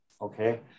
okay